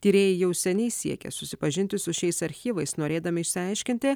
tyrėjai jau seniai siekia susipažinti su šiais archyvais norėdami išsiaiškinti